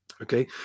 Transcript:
Okay